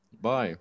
bye